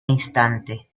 instante